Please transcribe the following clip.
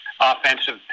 offensive